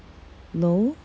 no